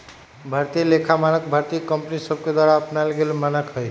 भारतीय लेखा मानक भारतीय कंपनि सभके द्वारा अपनाएल गेल मानक हइ